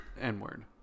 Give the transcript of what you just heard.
n-word